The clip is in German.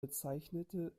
bezeichnete